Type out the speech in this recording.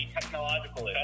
technological